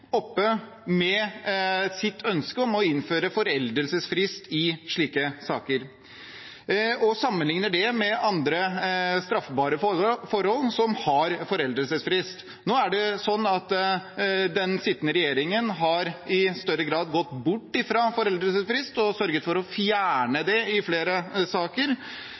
oppe med sitt ønske om å innføre foreldelsesfrist i slike saker og sammenligner det med andre straffbare forhold som har foreldelsesfrist. Den sittende regjeringen har i større grad gått bort fra foreldelsesfrist og sørget for å fjerne det i flere saker.